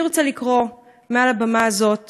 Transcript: אני רוצה לקרוא מעל הבמה הזאת